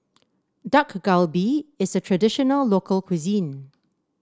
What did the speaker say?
Dak Galbi is a traditional local cuisine